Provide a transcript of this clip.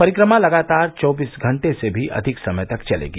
परिक्रमा लगातार चौबीस घंटे से भी अधिक समय तक चलेगी